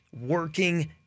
working